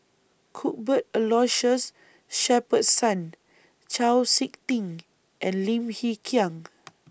Cuthbert Aloysius Shepherdson Chau Sik Ting and Lim Hng Kiang